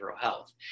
health